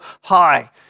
high